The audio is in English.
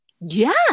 yes